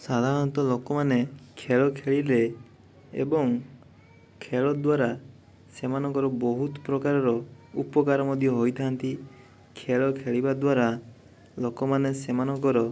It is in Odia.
ସାଧାରଣତଃ ଲୋକମାନେ ଖେଳ ଖେଳିଲେ ଏବଂ ଖେଳ ଦ୍ଵାରା ସେମାନଙ୍କର ବହୁତ ପ୍ରକାରର ଉପକାର ମଧ୍ୟ ହୋଇଥାନ୍ତି ଖେଳ ଖେଳିବା ଦ୍ଵାରା ଲୋକମାନେ ସେମାନଙ୍କର